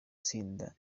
tsinda